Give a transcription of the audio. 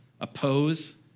oppose